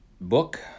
book